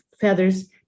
feathers